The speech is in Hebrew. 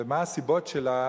ומה הסיבות שלה,